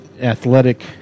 athletic